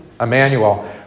Emmanuel